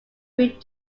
route